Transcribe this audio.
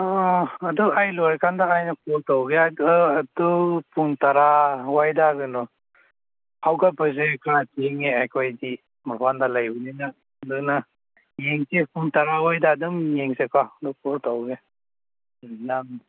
ꯑꯗꯨ ꯑꯩ ꯂꯣꯏꯔ ꯀꯥꯟꯗ ꯑꯩꯅ ꯀꯣꯜ ꯇꯧꯒꯦ ꯑꯗꯨ ꯄꯨꯡ ꯇꯔꯥ ꯋꯥꯏꯗ ꯀꯩꯅꯣ ꯍꯧꯒꯠꯄꯁꯦ ꯈꯔ ꯊꯦꯡꯉꯦ ꯑꯩꯈꯣꯏꯗꯤ ꯃꯄꯥꯟꯗ ꯂꯩꯕꯅꯤꯅ ꯑꯗꯨꯅ ꯌꯦꯡꯁꯤ ꯄꯨꯡ ꯇꯔꯥ ꯋꯥꯏꯗ ꯑꯗꯨꯝ ꯌꯦꯡꯁꯦ ꯀꯣ ꯑꯗꯨꯒ ꯀꯣꯜ ꯇꯧꯒꯦ ꯎꯝ ꯅꯪ